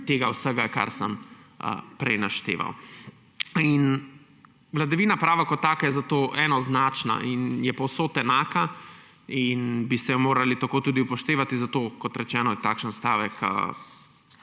vsega tega, kar sem prej našteval. Vladavina prava kot taka je zato enoznačna in je povsod enaka in bi jo morali tako tudi upoštevati. Zato, kot rečeno, je takšen stavek